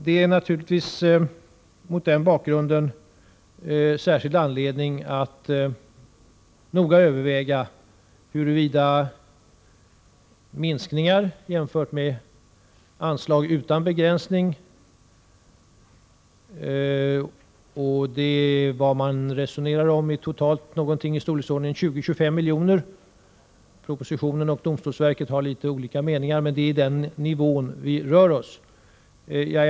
Mot denna bakgrund finns det naturligtvis särskild anledning att noga överväga minskningar jämfört med ett anslag utan begränsningar. Man resonerar om totalt 20-25 milj.kr. Propositionen och domstolsverket har litet olika meningar. Men det är den nivå som vi rör oss på.